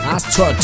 Astro